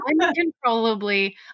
uncontrollably